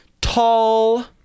tall